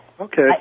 Okay